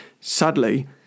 sadly